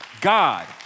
God